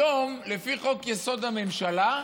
היום, לפי חוק-יסוד: הממשלה,